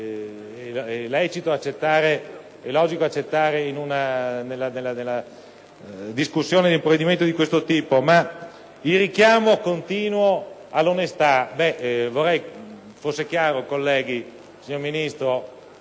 polemica che è logico accettare nella discussione di un provvedimento di questo tipo - nel fare un richiamo continuo all'onestà: vorrei fosse chiaro, colleghi, signor Ministro,